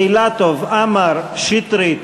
אילטוב, עמאר, שטרית,